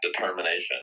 determination